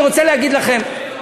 אני רוצה להגיד לכם,